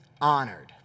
honored